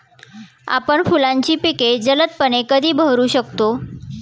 आपण फुलांची पिके जलदपणे कधी बहरू शकतो?